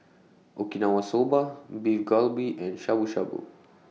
Okinawa Soba Beef Galbi and Shabu Shabu